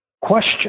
question